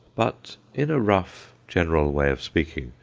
but, in a rough, general way of speaking,